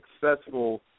successful